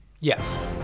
Yes